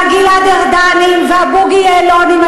שלא תהיה שבוי מדי ביריב-לוינים והגלעד-ארדנים והבוגי-יעלונים.